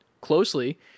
closely